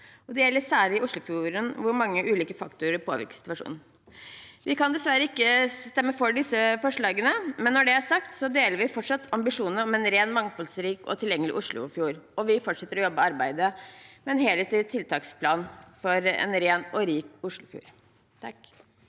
Det gjelder særlig i Oslofjorden, hvor mange ulike faktorer påvirker situasjon. Vi kan dessverre ikke stemme for disse forslagene. Når det er sagt, deler vi fortsatt ambisjonen om en ren, mangfoldig og tilgjengelig Oslofjord, og vi fortsetter å arbeide med en helhetlig tiltaksplan for en ren og rik Oslofjord. Olve